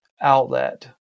outlet